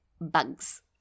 bugs